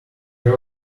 girl